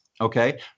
Okay